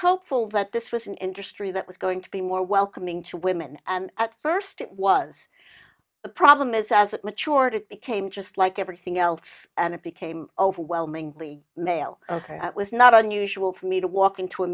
hopeful that this was an industry that was going to be more welcoming to women and at first it was the problem is as it matures it became just like everything else and it became overwhelming the male it was not unusual for me to walk into a